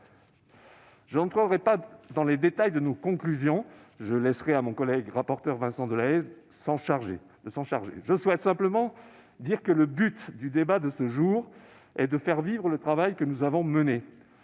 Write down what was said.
Je n'entrerai pas dans le détail de nos conclusions, car je vais laisser mon collègue rapporteur Vincent Delahaye s'en charger. Je souhaite simplement dire que le but du débat que nous avons aujourd'hui est de faire vivre le travail que nous avons mené.